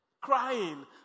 crying